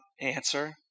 answer